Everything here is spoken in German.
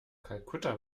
kalkutta